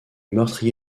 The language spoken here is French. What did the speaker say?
meurtrier